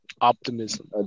Optimism